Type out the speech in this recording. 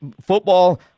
football